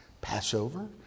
Passover